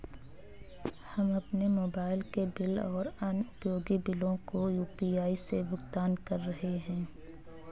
हम अपने मोबाइल के बिल और अन्य उपयोगी बिलों को यू.पी.आई से भुगतान कर रहे हैं